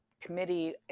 committee